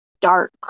dark